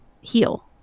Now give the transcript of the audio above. heal